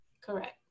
Correct